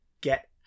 get